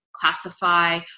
classify